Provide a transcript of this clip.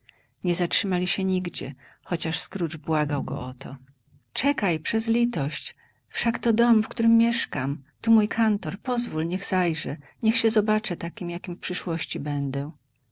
nie zatrzymali się nigdzie chociaż scrooge błagał go o to czekaj przez litość wszak to dom w którym mieszkam tu mój kantor pozwól niech zajrzę niech się zobaczę takim jakim w przyszłości będę